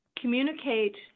communicate